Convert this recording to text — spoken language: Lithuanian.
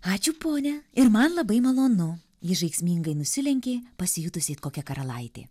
ačiū pone ir man labai malonu ji žaismingai nusilenkė pasijutusi it kokia karalaitė